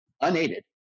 unaided